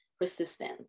persistent